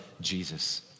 Jesus